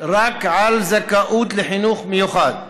רק על זכאות לחינוך מיוחד.